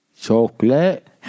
Chocolate